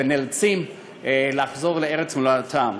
ונאלצים לחזור לארץ מולדתם.